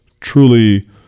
truly